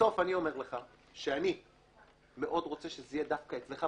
בסוף אני אומר לך שאני מאוד רוצה שזה יהיה דווקא אצלך,